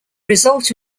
result